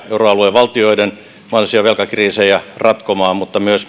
euroalueen valtioiden mahdollisia velkakriisejä ratkomaan mutta me olemme myös